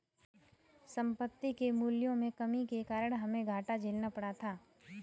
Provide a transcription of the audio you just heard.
संपत्ति के मूल्यों में कमी के कारण हमे घाटा झेलना पड़ा था